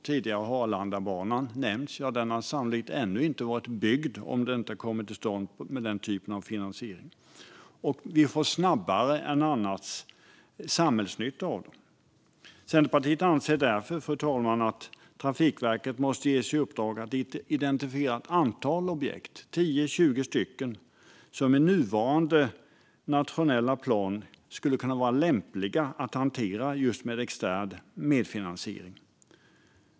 Tidigare har Arlandabanan nämnts. Den hade sannolikt ännu inte varit byggd om den inte kommit till stånd med den typen av finansiering. Och vi får samhällsnytta av investeringarna snabbare än vi annars fått. Centerpartiet anser därför, fru talman, att Trafikverket måste ges i uppdrag att identifiera ett antal objekt - tio tjugo stycken - i nuvarande nationella plan som skulle kunna vara lämpliga att hantera just genom extern medfinansiering.